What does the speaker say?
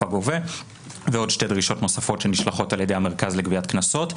הגובה ועוד שתי דרישות נוספות שנשלחות על ידי המרכז לגביית קנסות,